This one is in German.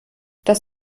dass